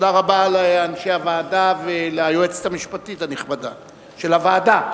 תודה רבה לאנשי הוועדה וליועצת המשפטית הנכבדה של הוועדה.